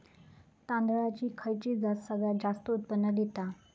तांदळाची खयची जात सगळयात जास्त उत्पन्न दिता?